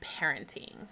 parenting